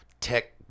tech